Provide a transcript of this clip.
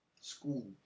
school